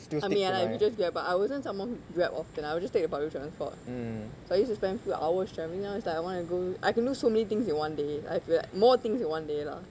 I mean ya lah you could just grab but I wasn't someone who grab often I will just take the public transport so I used to spend few hours travelling lah it's like I want to go I can do so many things in one day I feel more things in one day lah